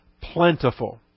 plentiful